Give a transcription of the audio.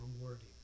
rewarding